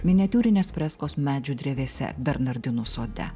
miniatiūrinės freskos medžių drevėse bernardinų sode